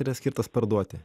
yra skirtas parduoti